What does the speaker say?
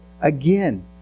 again